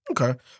Okay